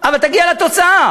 אבל תגיע לתוצאה.